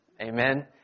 Amen